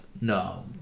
no